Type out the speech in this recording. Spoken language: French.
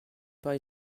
pas